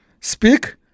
speak